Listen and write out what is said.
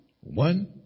one